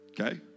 Okay